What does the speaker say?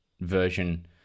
version